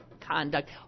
conduct